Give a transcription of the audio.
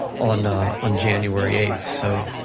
on on january eighth. so,